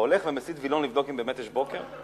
והולך ומסיט וילון לבדוק אם באמת בוקר?